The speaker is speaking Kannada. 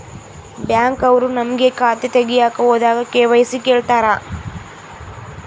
ಬ್ಯಾಂಕ್ ಅವ್ರು ನಮ್ಗೆ ಖಾತೆ ತಗಿಯಕ್ ಹೋದಾಗ ಕೆ.ವೈ.ಸಿ ಕೇಳ್ತಾರಾ?